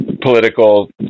political